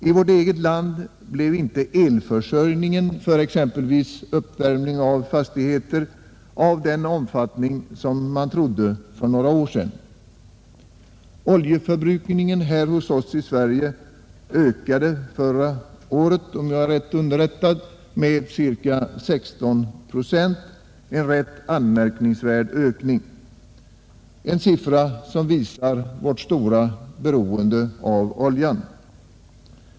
I vårt eget land har inte elförsörjningen för exempelvis uppvärmning av fastigheter fått den omfattning som man trodde för några år sedan. Oljeförbrukningen är hos oss i Sverige ökade förra året, om jag är riktigt underrättad, med ca 16 procent, en rätt anmärkningsvärd ökning. Denna siffra visar vårt stora beroende av oljan.